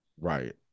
Right